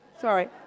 Sorry